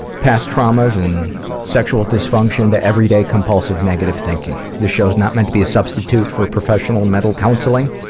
past traumas and sexual dysfunction to everyday compulsive negative thinking. this show is not meant to be a substitute for professional mental counseling.